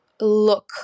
look